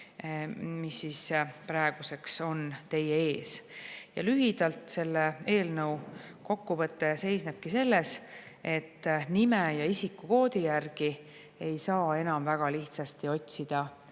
mis praeguseks on teie ees. Ja lühidalt selle eelnõu kokkuvõte seisnebki selles, et nime ja isikukoodi järgi ei saa enam väga lihtsasti otsida